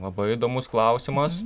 labai įdomus klausimas